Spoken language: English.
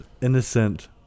innocent